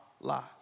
lives